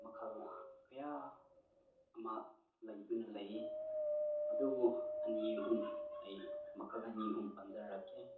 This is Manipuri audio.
ꯃꯈꯜ ꯀꯌꯥ ꯑꯃ ꯂꯩꯗꯨꯅ ꯂꯩ ꯑꯗꯨꯕꯨ ꯑꯅꯤ ꯑꯍꯨꯝ ꯑꯩ ꯃꯈꯜ ꯑꯅꯤ ꯑꯍꯨꯝ ꯄꯟꯖꯔꯛꯀꯦ